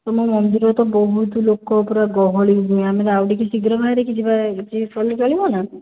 ତୁମ ମନ୍ଦିରରେ ତ ବହୁତ ଲୋକ ପୂରା ଗହଳି ଆଉ ଟିକିଏ ଶୀଘ୍ର ବାହାରିକି ଯିବା ଗଲେ ଚଳିବନା